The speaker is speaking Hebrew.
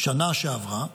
בשנה שעברה,